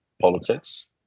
politics